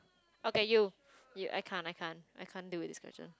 okay you you I can't I can't I can't do this question